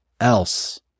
else